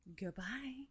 Goodbye